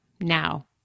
now